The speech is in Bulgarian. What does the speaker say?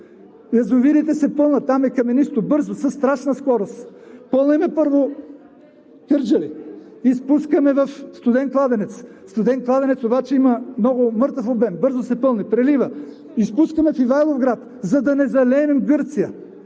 язовирите се пълнят – там е каменисто, бързо, със страшна скорост. Пълним първо Кърджали, изпускаме в „Студен кладенец“, „Студен кладенец“ обаче има много мъртъв обем, бързо се пълни, прелива, изпускаме в Ивайловград, за да не залеем Гърция,